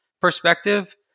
perspective